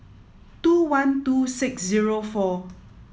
two one two six zero four